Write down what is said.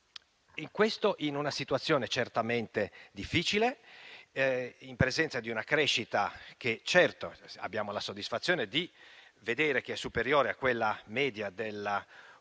questo in una situazione certamente difficile, in presenza di una crescita che abbiamo la soddisfazione di constatare come sia superiore a quella media dell'Unione